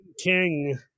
King